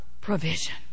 provision